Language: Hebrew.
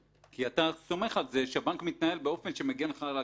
כי אתה סומך על זה שבנק מתנהל באופן שמגן לך על הכסף.